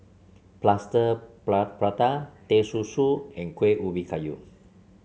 Plaster Prata Teh Susu and Kueh Ubi Kayu